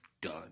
done